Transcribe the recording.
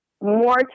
More